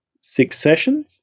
succession